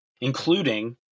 including